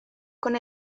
con